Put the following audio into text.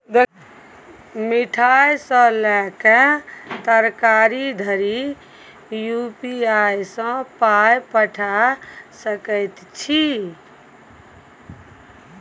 मिठाई सँ लए कए तरकारी धरि यू.पी.आई सँ पाय पठा सकैत छी